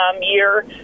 year